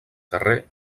carrer